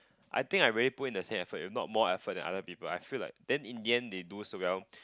I think I really put in the same effort if not more effort than other people I feel like then in the end they do so well